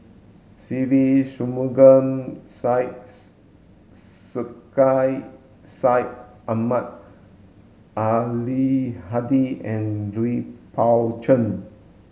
Se Ve Shanmugam Syed Sheikh Syed Ahmad Al Hadi and Lui Pao Chuen